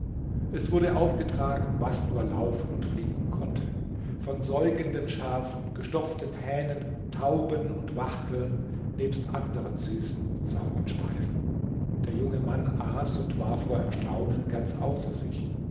es wurde aufgetragen was nur laufen und fliegen konnte von säugenden schafen gestopften hähnen tauben und wachteln nebst anderen süßen und sauren speisen der junge mann aß und war vor erstaunen ganz außer sich